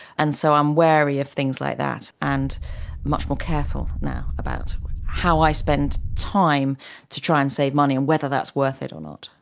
and so i'm wary of things like that and much more careful now about how i spend time to try and save money and whether that's worth it or not.